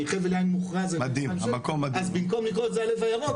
אני חבל יין מוכרז אז במקום לקרוא לזה הלב הירוק,